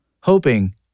hoping